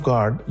God